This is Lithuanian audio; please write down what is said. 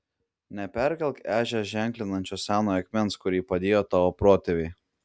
neperkelk ežią ženklinančio senojo akmens kurį padėjo tavo protėviai